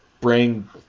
Bring